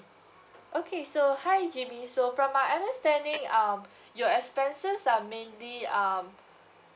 okay so hi jimmy so from my understanding um your expenses are mainly um